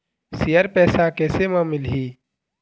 Share पैसा कैसे म मिलही?